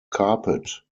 carpet